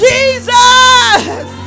Jesus